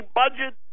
budget